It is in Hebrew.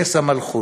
כס המלכות.